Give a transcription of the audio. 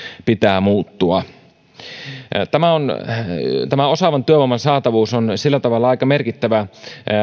pitää muuttua tämä osaavan työvoiman saatavuus on sillä tavalla aika merkittävä